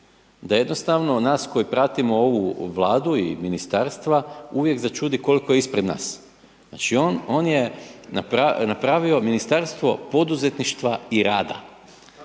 da jednostavno nas koji pratimo ovu Vladu i ministarstva uvijek začudi koliko je ispred nas. Znači on je napravio Ministarstvo poduzetništva i rada